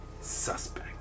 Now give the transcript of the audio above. suspect